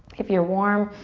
if you're warm,